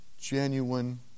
genuine